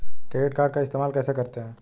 Credit card को इस्तेमाल कैसे करते हैं?